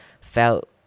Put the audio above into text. felt